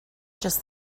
just